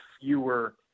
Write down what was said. fewer